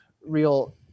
real